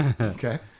Okay